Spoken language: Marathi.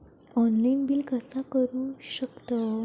ऑनलाइन बिल कसा करु शकतव?